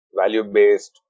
value-based